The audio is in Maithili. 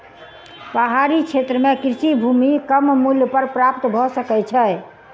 पहाड़ी क्षेत्र में कृषि भूमि कम मूल्य पर प्राप्त भ सकै छै